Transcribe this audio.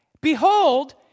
Behold